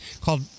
called